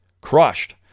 Crushed